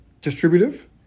distributive